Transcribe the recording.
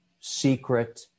secret